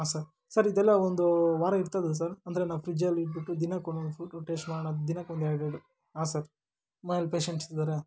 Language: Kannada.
ಹಾಂ ಸರ್ ಸರ್ ಇದೆಲ್ಲ ಒಂದು ವಾರ ಇರ್ತದ ಸರ್ ಅಂದರೆ ನಾವು ಫ್ರಿಜ್ಜಲ್ಲಿ ಇಟ್ಬಿಟ್ಟು ದಿನಕ್ಕೊಂದೊಂದು ಫ್ರೂಟ್ ಟೇಸ್ಟ್ ಮಾಡೋಣ ಅದು ದಿನಕ್ಕೊಂದೆರಡೆರ್ಡು ಹಾಂ ಸರ್ ಮನೆಯಲ್ಲಿ ಪೇಶೆಂಟ್ಸಿದ್ದಾರೆ